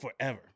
forever